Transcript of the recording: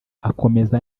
akomeza